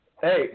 Hey